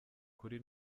kure